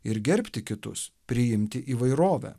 ir gerbti kitus priimti įvairovę